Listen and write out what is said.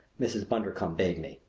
mrs. bundercombe bade me.